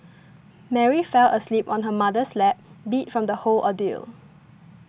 Mary fell asleep on her mother's lap beat from the whole ordeal